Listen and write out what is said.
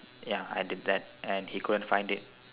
ya I did that and he couldn't find it